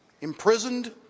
imprisoned